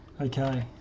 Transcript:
Okay